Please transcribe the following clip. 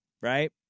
Right